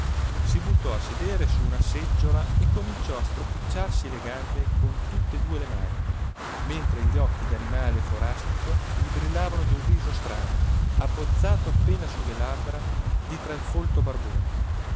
si butto a sedere su una seggiola e cominciò a stropicciarsi le gambe con tutt'e due le mani mentre gli occhi d'animale forastico gli brillavano d'un riso strano abbozzato appena sulle labbra di tra il folto barbone